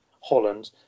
holland